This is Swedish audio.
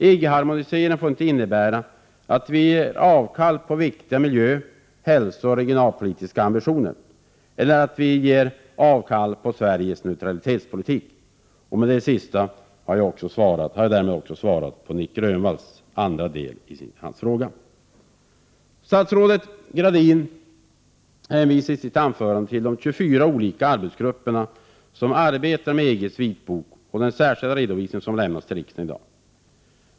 EG-harmoniseringen får inte innebära att vi gör avkall på viktiga miljö-, hälsooch regionalpolitiska ambitioner eller på Sveriges neutralitetspolitik. Med det sistnämnda har jag också svarat på den andra delen av Nic Grönvalls fråga. Statsrådet Gradin hänvisade i sitt anförande till de 24 olika arbetsgrupper som arbetar med EG:s vitbok och den särskilda redovisning som lämnats till riksdagen i dag.